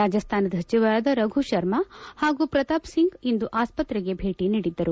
ರಾಜಸ್ತಾನದ ಸಚಿವರಾದ ರಾಘು ಶರ್ಮಾ ಹಾಗೂ ಪ್ರತಾಪ್ ಸಿಂಗ್ ಇಂದು ಆಸ್ಪತ್ರೆಗೆ ಭೇಟಿ ನೀಡಿದ್ದರು